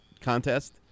contest